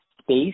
space